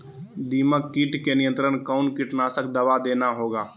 दीमक किट के नियंत्रण कौन कीटनाशक दवा देना होगा?